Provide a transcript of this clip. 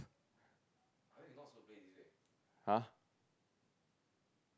[huh]